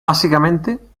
básicamente